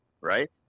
right